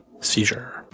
Seizure